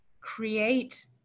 create